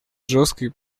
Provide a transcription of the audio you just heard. жесткой